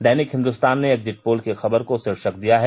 दैनिक हिन्दुस्तान ने exit poll की खबर को शीर्षक दिया है